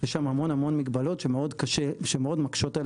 יש שם המון המון מגבלות שמאוד מקשות על